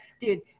dude